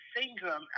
syndrome